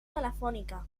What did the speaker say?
telefònica